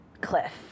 cliff